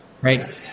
right